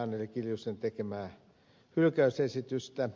anneli kiljusen tekemää hylkäysesitystä